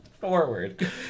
forward